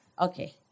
okay